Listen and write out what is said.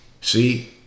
see